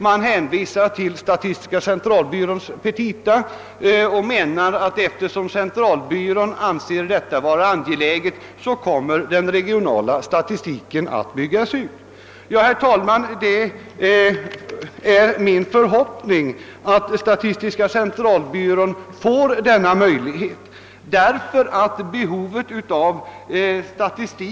Man hänvisar till statistiska centralbyråns petita och menar att eftersom statistiska centralbyrån anser den regionala statistiken angelägen kommer den också att byggas ut. Herr talman! Det är min förhoppning att statistiska centralbyrån verkligen ges möjlighet att bygga ut den regionala statistiken.